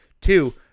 Two